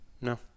No